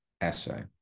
essay